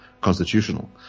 constitutional